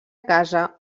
casa